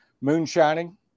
moonshining